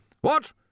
What